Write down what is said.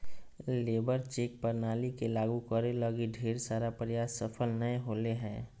labour check प्रणाली के लागु करे लगी ढेर सारा प्रयास सफल नय होले हें